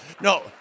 No